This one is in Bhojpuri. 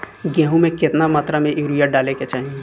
गेहूँ में केतना मात्रा में यूरिया डाले के चाही?